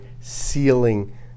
sealing